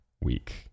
week